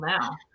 now